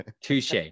touche